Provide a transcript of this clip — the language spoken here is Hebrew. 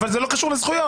אבל זה לא קשור לזכויות.